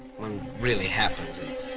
what really happens is